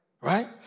Right